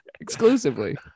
Exclusively